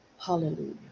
Hallelujah